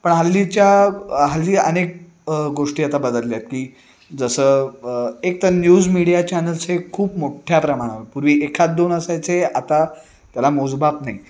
पण हल्लीच्या हल्ली अनेक गोष्टी आता बदलल्या आहेत की प जसं एकतर न्यूज मीडिया चॅनल्स हे खूप मोठ्या प्रमाणावर पूर्वी एखाद दोन असायचे आता त्याला मोजमाप नाही